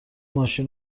ماشین